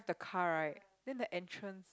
the car right then the entrance